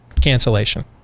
cancellation